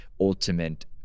ultimate